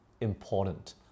important